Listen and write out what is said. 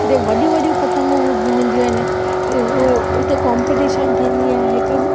हिते वॾियूं वॾियूं पतंगूं हू हूंदियूं आहिनि उते कोंपटीशन थींदी आहे हिकु